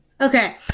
okay